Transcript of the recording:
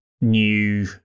new